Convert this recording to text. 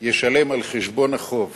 ישלם על חשבון החוב